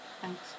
Thanks